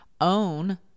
own